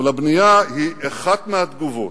אבל הבנייה היא אחת התגובות,